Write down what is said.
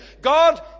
God